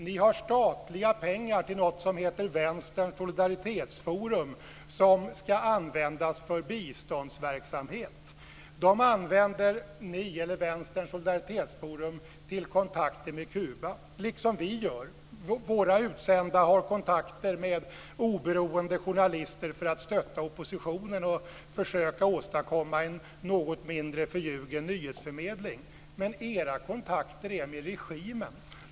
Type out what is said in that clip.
Ni har statliga pengar till något som heter Vänsterns solidaritetsforum som ska användas för biståndsverksamhet. Det använder ni eller Vänsterns solidaritetsforum till kontakter med Kuba, liksom vi gör. Våra utsända har kontakter med oberoende journalister för att stötta oppositionen och försöka åstadkomma en något mindre förljugen nyhetsförmedling. Men era kontakter är med regimen.